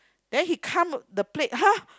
then he come the plate !huh!